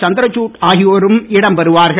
சந்திரசூட் ஆகியோரும் இடம்பெறுவார்கள்